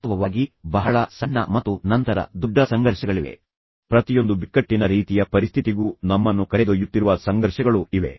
ವಾಸ್ತವವಾಗಿ ಬಹಳ ಸಣ್ಣ ಸಂಘರ್ಷಗಳಿವೆ ಮತ್ತು ನಂತರ ದೊಡ್ಡ ಸಂಘರ್ಷಗಳಿವೆ ಪ್ರತಿಯೊಂದು ಬಿಕ್ಕಟ್ಟಿನ ರೀತಿಯ ಪರಿಸ್ಥಿತಿಗೂ ನಮ್ಮನ್ನು ಕರೆದೊಯ್ಯುತ್ತಿರುವ ಸಂಘರ್ಷಗಳು ಇವೆ